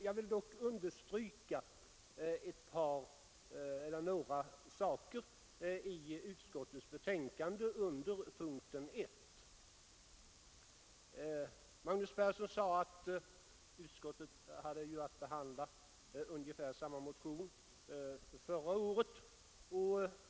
Jag vill dock understryka några saker i utskottets betänkande under punkten 1. Herr Persson sade att utskottet haft att behandla ungefär samma motion som vid förra årets riksdag. Detta är riktigt.